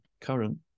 current